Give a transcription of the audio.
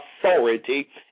authority